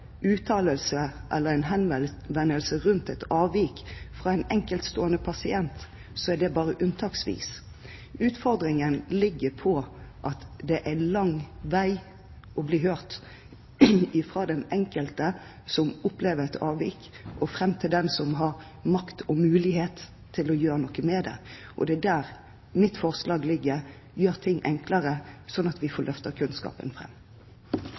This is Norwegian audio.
uttalelse eller en henvendelse om et avvik fra en enkeltstående pasient, er det bare unntaksvis. Utfordringen ligger i at det er lang vei til å bli hørt fra den enkelte som opplever et avvik, og fram til den som har makt og mulighet til å gjøre noe med det. Det er der mitt forslag ligger: Gjør ting enklere, slik at vi får løftet kunnskapen